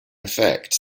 effect